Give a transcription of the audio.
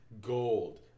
gold